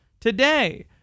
today